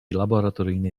laboratoryjnej